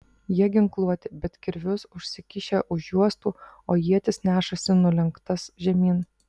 jie ginkluoti bet kirvius užsikišę už juostų o ietis nešasi nulenktas žemyn